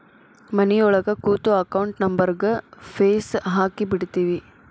ಮನಿಯೊಳಗ ಕೂತು ಅಕೌಂಟ್ ನಂಬರ್ಗ್ ಫೇಸ್ ಹಾಕಿಬಿಡ್ತಿವಿ